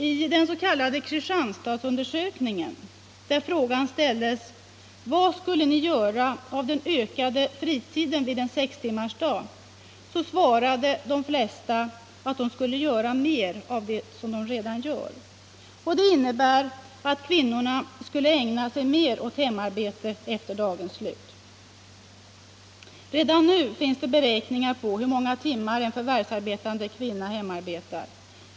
I Kristianstadsundersökningen ställdes frågan: Vad skulle ni göra av den ökade fritiden vid en sextimmarsdag? De flesta svarade att de skulle göra mer av det som de redan gjorde. Det innebär att kvinnorna skulle ägna sig än mer åt hemarbete efter arbetsdagens slut. Redan nu finns det beräkningar på hur många timmar en förvärvsarbetande kvinna hemarbetar.